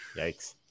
Yikes